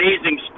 amazing